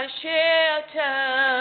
shelter